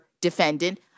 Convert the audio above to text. Defendant